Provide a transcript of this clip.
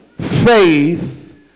faith